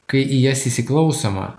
kai į jas įsiklausoma